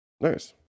Nice